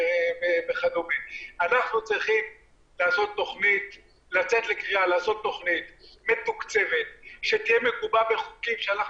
אנחנו צריכים לצאת בקריאה לתכנית מתוקצבת שתהיה מגובה בחוקים שאנחנו